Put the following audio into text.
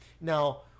Now